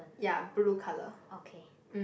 ya blue color mm